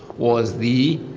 was the